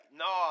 no